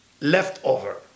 Leftover